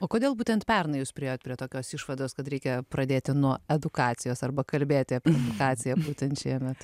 o kodėl būtent pernai jūs priėjot prie tokios išvados kad reikia pradėti nuo edukacijos arba kalbėti apie edukaciją būtent šiemet